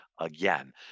again